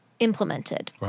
implemented